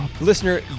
listener